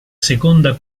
seconda